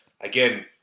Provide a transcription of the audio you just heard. again